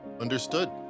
Understood